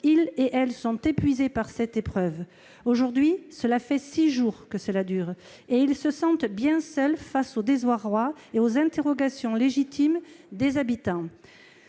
même s'ils sont épuisés par cette épreuve. Aujourd'hui, cela fait six jours que cela dure et ils se sentent bien seuls face au désarroi et aux interrogations légitimes des habitants.